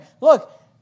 Look